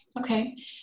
Okay